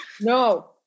No